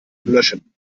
löschen